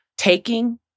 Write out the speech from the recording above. Taking